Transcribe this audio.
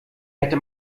hätte